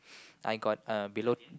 I got uh below